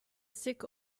sick